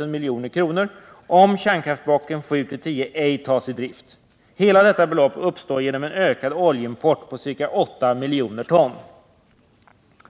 000 milj.kr., om kärnkraftblocken 7-10 ej tas i drift. Hela detta belopp uppstår genom en ökad oljeimport på ca 8 miljoner ton.